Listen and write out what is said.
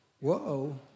Whoa